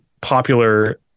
popular